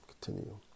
Continue